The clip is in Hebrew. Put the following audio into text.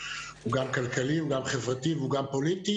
הוא גם כלכלי, הוא גם חברתי והוא גם פוליטי.